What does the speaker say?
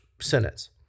sentence